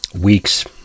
weeks